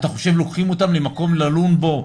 אתה חושב, לוקחים אותם למקום ללון בו,